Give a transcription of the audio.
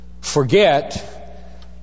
forget